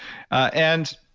and